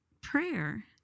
prayer